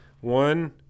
one